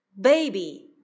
Baby